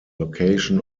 location